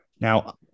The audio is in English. Now